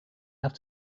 have